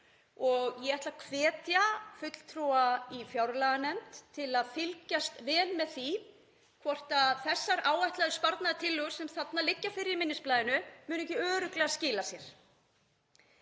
og ég ætla að hvetja fulltrúa í fjárlaganefnd til að fylgjast vel með því hvort þessar áætluðu sparnaðartillögur sem liggja fyrir í minnisblaðinu muni ekki örugglega skila sér.